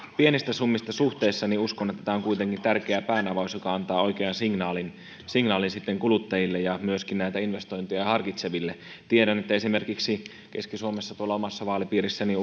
summista suhteessa uskon että tämä on kuitenkin tärkeä päänavaus joka antaa oikean signaalin sitten kuluttajille ja myöskin näitä investointeja harkitseville tiedän että esimerkiksi keski suomessa tuolla omassa vaalipiirissäni